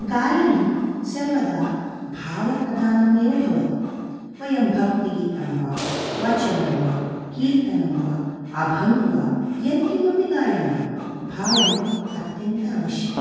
गायनं सर्वदा भावप्रधानम् एव भवति वयं भक्तिगीतं वा वचनं वा कीर्तनं वा अभङ्ग् वा यत्किमपि गायामः भावम् अत्यन्त अवश्यकम्